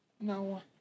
No